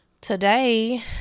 today